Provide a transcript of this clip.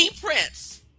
prince